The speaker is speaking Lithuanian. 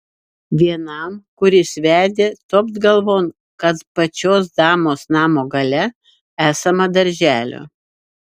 vienam kuris vedė topt galvon kad pačios damos namo gale esama darželio